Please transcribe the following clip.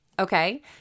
Okay